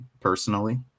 personally